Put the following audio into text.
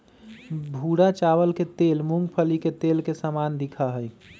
भूरा चावल के तेल मूंगफली के तेल के समान दिखा हई